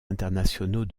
internationaux